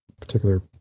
particular